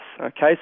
Okay